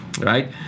Right